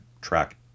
track